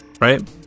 right